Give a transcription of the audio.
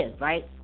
right